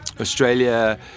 Australia